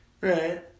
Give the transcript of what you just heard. Right